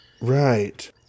Right